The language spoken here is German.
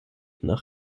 nach